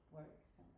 works